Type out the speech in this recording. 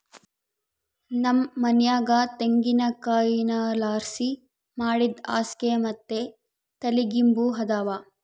ನಮ್ ಮನ್ಯಾಗ ತೆಂಗಿನಕಾಯಿ ನಾರ್ಲಾಸಿ ಮಾಡಿದ್ ಹಾಸ್ಗೆ ಮತ್ತೆ ತಲಿಗಿಂಬು ಅದಾವ